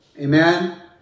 Amen